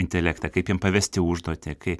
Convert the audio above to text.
intelektą kaip jam pavesti užduotį kai